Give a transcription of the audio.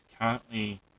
currently